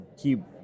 keep